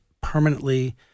permanently